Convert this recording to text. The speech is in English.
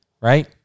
Right